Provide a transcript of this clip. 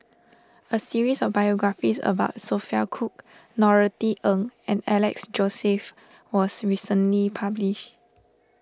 a series of biographies about Sophia Cooke Norothy Ng and Alex Joseph was recently published